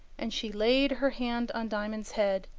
and she laid her hand on diamond's head,